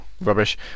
Rubbish